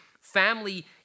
family